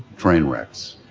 train wrecks,